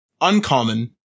uncommon